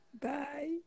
Bye